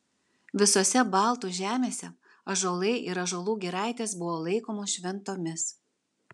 visose baltų žemėse ąžuolai ir ąžuolų giraitės buvo laikomos šventomis